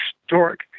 historic